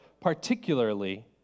particularly